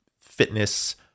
fitness